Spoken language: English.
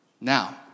now